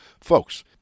folks